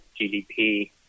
GDP